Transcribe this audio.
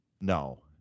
No